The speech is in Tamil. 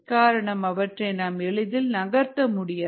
காரணம் அவற்றை நாம் எளிதில் நகர்த்த முடியாது